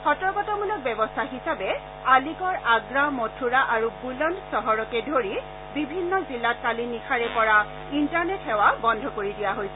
সতৰ্কতামূলক ব্যৱস্থা হিচাপে আলিগড় আগ্ৰা মথুৰা আৰু বুলন্দ চহৰকে ধৰি বিভিন্ন জিলাত কালি নিশাৰে পৰা ইন্টাৰনেট সেৱা বন্ধ কৰি দিয়া হৈছে